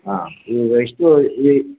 ಹಾಂ ಈಗ ಎಷ್ಟು ಈ